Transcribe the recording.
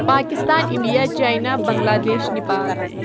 Pakistan India China Bangladesh Nepal